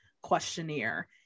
questionnaire